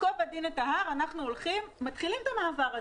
ייקוב הדין את ההר, אנחנו מתחילים את המעבר הזה?